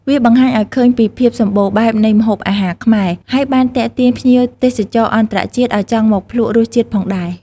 វាបង្ហាញឲ្យឃើញពីភាពសម្បូរបែបនៃម្ហូបអាហារខ្មែរ ហើយបានទាក់ទាញភ្ញៀវទេសចរអន្តរជាតិឲ្យចង់មកភ្លក្សរសជាតិផងដែរ។